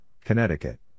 Connecticut